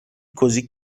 così